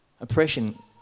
Oppression